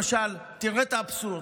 למשל תראה את האבסורד,